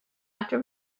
after